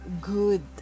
good